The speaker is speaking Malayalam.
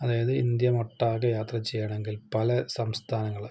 അതായത് ഇന്ത്യമൊട്ടാകെ യാത്ര ചെയ്യണമെങ്കില് പല സംസ്ഥാനങ്ങള്